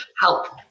help